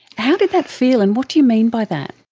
how did that feel and what do you mean by that?